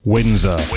Windsor